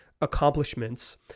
accomplishments